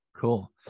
Cool